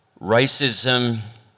racism